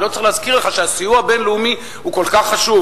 אני לא צריך להזכיר לך שהסיוע הבין-לאומי הוא כל כך חשוב.